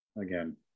Again